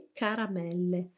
caramelle